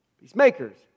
Peacemakers